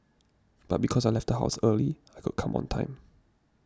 but because I left the house early I could come on time